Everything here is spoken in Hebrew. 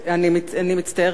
אני מצטערת,